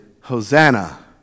Hosanna